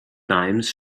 dimes